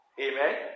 Amen